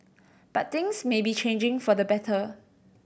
but things may be changing for the better